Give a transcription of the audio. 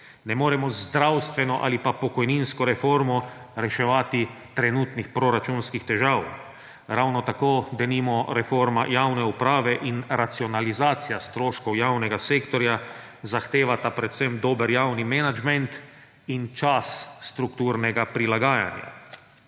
Ne moremo z zdravstveno ali pa pokojninsko reformo reševati trenutnih proračunskih težav, ravno tako, denimo, reforma javne uprave in racionalizacija stroškov javnega sektorja zahtevata predvsem dober javni menedžment in čas strukturnega prilagajanja.